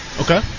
Okay